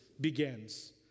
begins